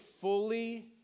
fully